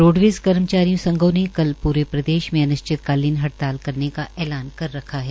roadways कर्मचारियों संघों ने कल प्रे प्रदेश में अनिश्चितकालीन हड़ताल करने का ऐलान करने का ऐलान की रखा है